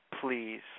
please